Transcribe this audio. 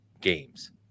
games